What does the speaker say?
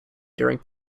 during